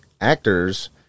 actors